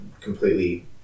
completely